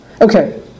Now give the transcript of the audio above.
Okay